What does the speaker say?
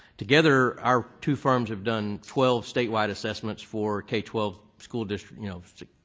together our two firms have done twelve statewide assessments for k twelve school districts you know,